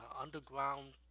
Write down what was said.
underground